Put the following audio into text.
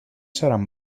seran